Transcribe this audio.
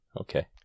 Okay